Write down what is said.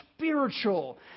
spiritual